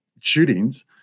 shootings